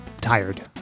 Tired